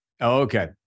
Okay